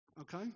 Okay